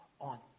on